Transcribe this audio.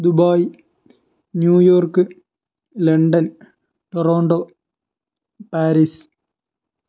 Dubai New York London Toronto Paris